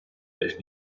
beş